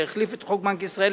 שהחליף את חוק בנק ישראל,